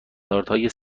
بالایی